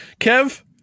Kev